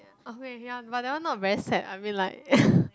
okay ya but that one is not a very sad I mean like